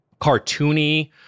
cartoony